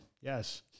yes